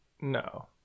No